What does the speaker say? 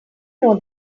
know